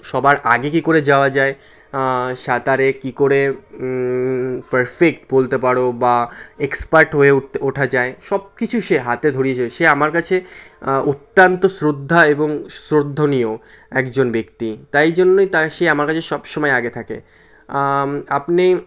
সবার আগে কি করে যাওয়া যায় সাঁতারে কি করে পারফেক্ট বলতে পারো বা এক্সপার্ট হয়ে উঠতে ওঠা যায় সব কিছু সে হাতে ধরিয়ে শিখিয়েছে সে আমার কাছে অত্যন্ত শ্রদ্ধা এবং শ্রদ্ধনীয় একজন ব্যক্তি তাই জন্যই তার সে আমার কাছে সব সময় আগে থাকে আপনি